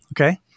Okay